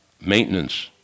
maintenance